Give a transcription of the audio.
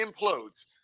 implodes